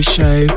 Show